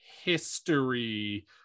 history